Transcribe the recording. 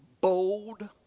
bold